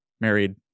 Married